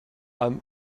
âme